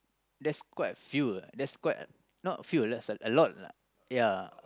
that's quiet a few ah that's quite a not a few that's a lot lah ya